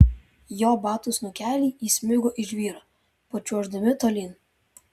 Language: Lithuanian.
jo batų snukeliai įsmigo į žvyrą pačiuoždami tolyn